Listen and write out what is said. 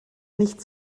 nicht